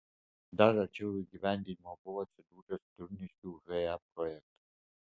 dar arčiau įgyvendinimo buvo atsidūręs turniškių he projektas